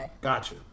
Gotcha